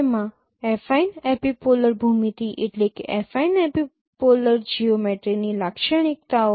તેમાં affine epipolar ભૂમિતિ ની લાક્ષણિકતાઓ છે